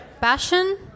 passion